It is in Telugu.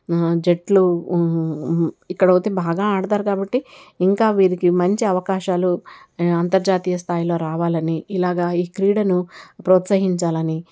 జట్లు ఇక్కడైతే బాగా ఆడతారు కాబట్టి ఇంకా వీరికి మంచి అవకాశాలు అంతర్జాతీయ స్థాయిలో రావాలని ఇలాగ ఈ క్రీడను ప్రోత్సహించాలని